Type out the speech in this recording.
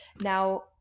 now